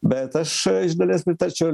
bet aš iš dalies pritarčiau